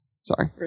sorry